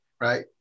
right